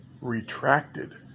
retracted